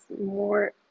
more